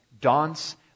dance